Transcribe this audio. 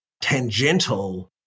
tangential